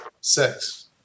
Six